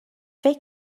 فکر